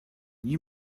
you